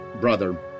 brother